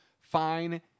fine